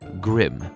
grim